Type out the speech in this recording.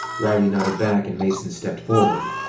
riley nodded back and mason stepped forward.